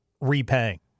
repaying